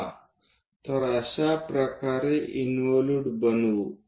चला तर अशाप्रकारे इंवोलूट बनवू